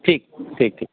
ٹھیک ٹھیک ٹھیک